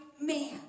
man